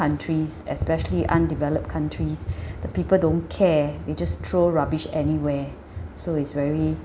especially undeveloped countries the people don't care they just throw rubbish anywhere so it's very